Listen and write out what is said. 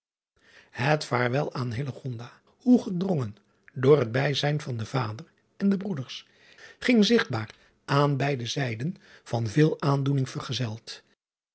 et vaarwel aan hoe gedrongen door het bijzijn van den vader en de broeders ging zigtbaar aan beide zijden van veel aandoening vergezeld